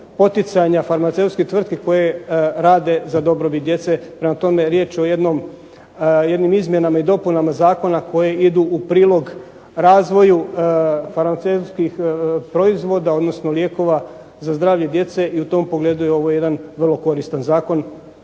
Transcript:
poticanja farmaceutskih tvrtki koje rade za dobrobit djece. Prema tome, riječ je o jednim izmjenama i dopunama zakona koje idu u prilog razvoju farmaceutskih proizvoda, odnosno lijekova za zdravlje djece i u tom pogledu je ovo jedan vrlo koristan zakon,